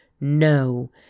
No